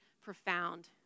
profound